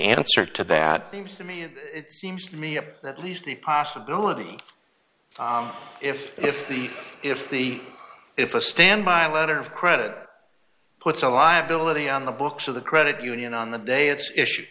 answer to that seems to me and it seems to me at least the possibility if if the if the if a standby letter of credit puts a liability on the books of the credit union on the day it's issue